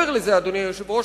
אדוני היושב-ראש,